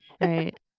Right